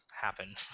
happen